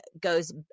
goes